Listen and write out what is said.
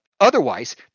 Otherwise